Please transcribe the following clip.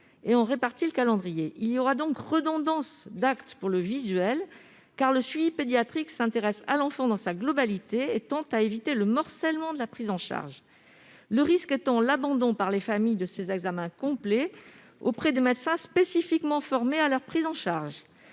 et en organise le calendrier. Il y aura donc redondance d'actes pour le visuel, car le suivi pédiatrique s'intéresse à l'enfant dans sa globalité et tend à éviter le morcellement de la prise en charge. Le risque est l'abandon par les familles de ces examens complets auprès des médecins spécifiquement formés à cet effet. D'autre